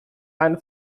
eine